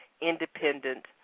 independent